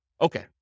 Okay